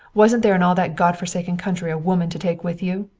wasn't there in all that godforsaken country a woman to take with you?